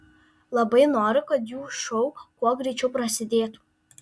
labai noriu kad jų šou kuo greičiau prasidėtų